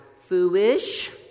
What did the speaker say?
foolish